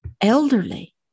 elderly